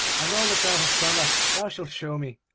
and all that thou hast sung of thou shalt show me,